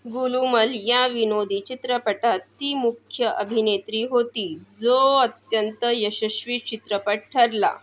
गुलुमल या विनोदी चित्रपटात ती मुख्य अभिनेत्री होती जो अत्यंत यशस्वी चित्रपट ठरला